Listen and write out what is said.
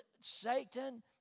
Satan